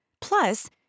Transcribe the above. Plus